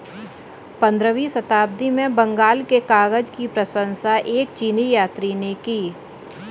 पंद्रहवीं शताब्दी में बंगाल के कागज की प्रशंसा एक चीनी यात्री ने की